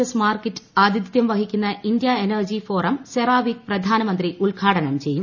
S Markit ആതിഥ്യം വഹിക്കുന്ന India energy forum CERAWeek പ്രധാനമന്ത്രി ഉദ്ഘാടനം ചെയ്യും